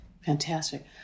Fantastic